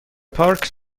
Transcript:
پارک